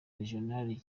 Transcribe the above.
regional